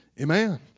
Amen